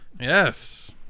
Yes